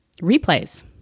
replays